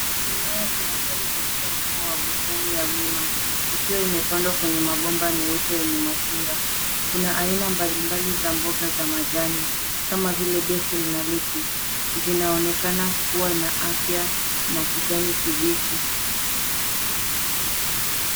Mimea inastawi katika mfumo wa bustani ya wima ikiwa imepandwa kwenye mabomba meupe yenye matunda. Kuna aina mbalimbali za mboga za majani kama vile basils na lettuce .Zinaonekana kuwa na afya na kijani kibichi.